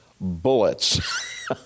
bullets